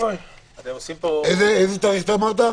איזה תאריך אמרת?